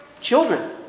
Children